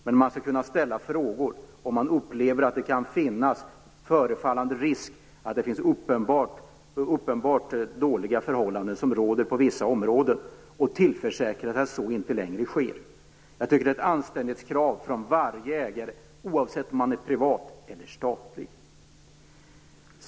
Men man skall kunna ställa frågor om man upplever att det förefaller finnas risk för uppenbart dåliga förhållanden på vissa områden. Man måste kunna tillförsäkra sig att så inte längre är fallet. Jag tycker att detta är ett anständighetskrav från varje ägare, oavsett om man är privat eller statlig.